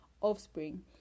offspring